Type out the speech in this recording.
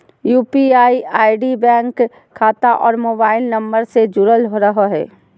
UPI ID bank खाता और mobile number से से जुरल रहो हइ